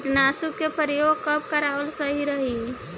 कीटनाशक के प्रयोग कब कराल सही रही?